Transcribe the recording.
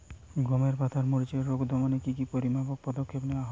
গমের পাতার মরিচের রোগ দমনে কি কি পরিমাপক পদক্ষেপ নেওয়া হয়?